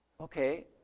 Okay